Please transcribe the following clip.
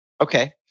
Okay